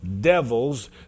devils